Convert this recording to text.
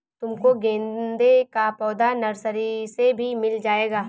तुमको गेंदे का पौधा नर्सरी से भी मिल जाएगा